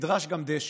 נדרש גם דשן.